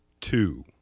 two